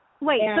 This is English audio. Wait